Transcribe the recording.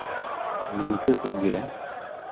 ᱱᱤᱝᱠᱟᱹ ᱜᱮ